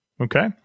Okay